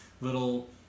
little